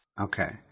Okay